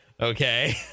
okay